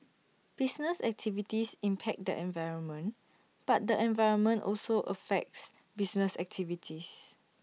business activities impact the environment but the environment also affects business activities